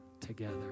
together